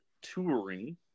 touring